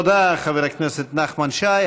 תודה לחבר הכנסת נחמן שי.